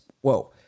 whoa